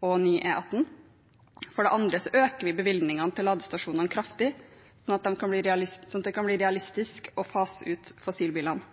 For det andre øker vi bevilgningene til ladestasjonene kraftig, slik at det blir realistisk å fase ut fossilbilene.